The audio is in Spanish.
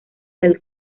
del